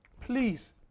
please